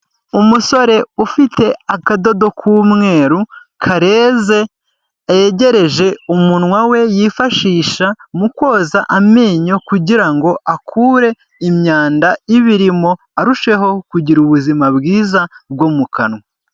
Umusore ufite akadodo k'umweru kareze yegereje umunwa we yifashisha mu koza amenyo, kugira ngo akure imyanda iba irimo arusheho kugira ubuzima bwiza bwo mu kanwa.